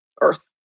Earth